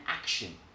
action